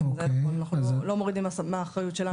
אנחנו לא מורידים מהאחריות שלנו.